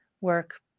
work